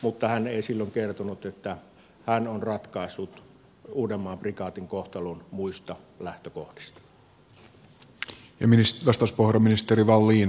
mutta hän ei silloin kertonut että hän on ratkaissut uudenmaan prikaatin kohtalon muista lähtökohdista